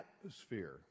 atmosphere